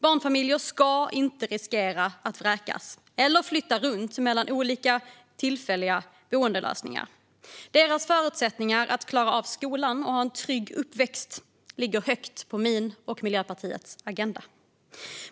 Barnfamiljer ska inte riskera att vräkas eller behöva flytta runt mellan olika tillfälliga boendelösningar. Barns förutsättningar att klara av skolan och ha en trygg uppväxt står högt på min och Miljöpartiets agenda.